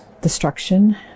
destruction